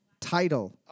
title